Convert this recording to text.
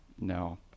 no